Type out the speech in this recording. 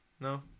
No